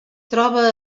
troba